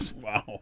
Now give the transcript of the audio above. Wow